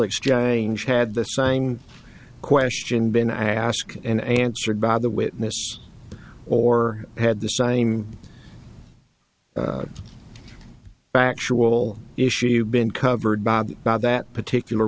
exchange had the same question been asked and answered by the witness or had the same factual issue been covered by that particular